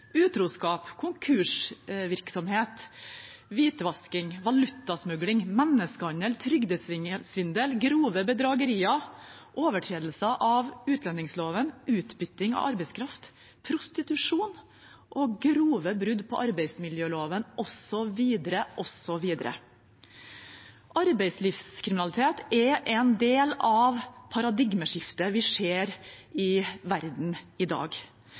utroskap, konkursvirksomhet, hvitvasking, valutasmugling, menneskehandel, trygdesvindel, grove bedragerier, overtredelse av utlendingsloven, utbytting av arbeidskraft, prostitusjon og grove brudd på arbeidsmiljøloven, osv., osv. Arbeidslivskriminalitet er en del av paradigmeskiftet vi ser i verden i dag.